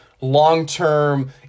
long-term